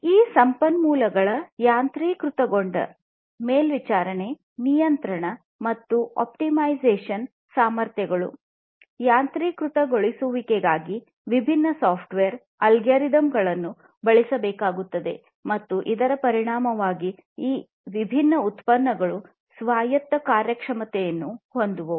ಈ ಸಂಪನ್ಮೂಲಗಳ ಯಾಂತ್ರೀಕೃತಗೊಂಡ ಮೇಲ್ವಿಚಾರಣೆ ನಿಯಂತ್ರಣ ಮತ್ತು ಆಪ್ಟಿಮೈಸೇಶನ್ ಸಾಮರ್ಥ್ಯಗಳು ಯಾಂತ್ರೀಕೃತಗೊಳಿಸುವಿಕೆಗಾಗಿ ವಿಭಿನ್ನ ಸಾಫ್ಟ್ವೇರ್ ಅಲ್ಗೊರಿದಮ್ ಗಳನ್ನು ಬಳಸಬೇಕಾಗುತ್ತದೆ ಮತ್ತು ಇದರ ಪರಿಣಾಮವಾಗಿ ಈ ವಿಭಿನ್ನ ಉತ್ಪನ್ನಗಳು ಸ್ವಾಯತ್ತ ಕಾರ್ಯಕ್ಷಮತೆಯನ್ನು ಹೊಂದುವವು